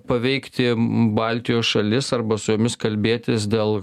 paveikti baltijos šalis arba su jomis kalbėtis dėl